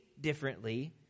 differently